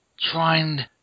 trying